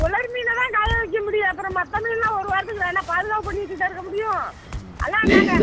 உலர் மீனை தான் காய வைக்க முடியும் அப்புறோம் மற்ற மீனுல்லாம் ஒரு வாரத்துக்கு நான் என்னா பாதுகாப்பு பண்ணி வச்சுக்கிட்டா இருக்க முடியும் அதுதான் நாங்கள்